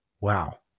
Wow